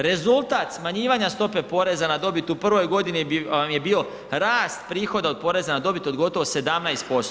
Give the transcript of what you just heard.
Rezultat smanjivanja stope poreza na dobit u prvoj godini vam je bio rast prihoda od poreza na dobit od gotovo 17%